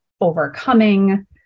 overcoming